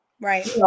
right